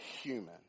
human